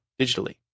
digitally